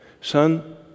Son